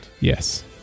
Yes